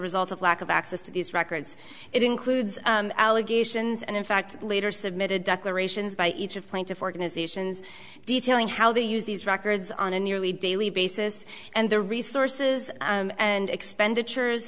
result of lack of access to these records it includes allegations and in fact later submitted declarations by each of plaintiff organizations detailing how they use these records on a nearly daily basis and the resources and expenditures